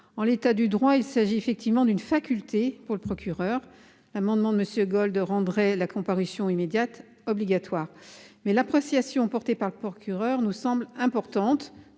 en l'état du droit, il s'agit effectivement d'une faculté pour le procureur l'amendement monsieur Gold 2, rendrait la comparution immédiate obligatoire mais l'appréciation portée par Kurer nous semble importante